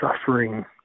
suffering